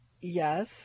Yes